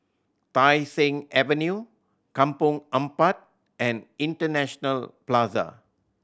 Tai Seng Avenue Kampong Ampat and International Plaza